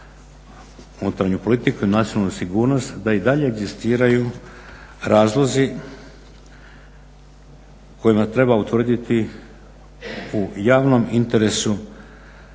unutarnju politiku i nacionalnu sigurnost da i dalje egzistiraju razlozi kojima treba utvrditi u javnom interesu